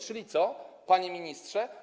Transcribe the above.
Czyli co, panie ministrze?